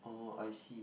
oh I see